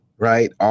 right